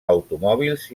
automòbils